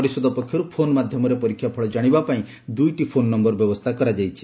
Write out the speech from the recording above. ପରିଷଦ ପକ୍ଷରୁ ଫୋନ୍ ମାଧ୍ଧମରେ ପରୀକ୍ଷା ଫଳ ଜାଶିବାପାଇଁ ଦୁଇଟି ନିଃଶୁଲ୍କ ଫୋନ୍ ନମର ବ୍ୟବସ୍ରା କରାଯାଇଛି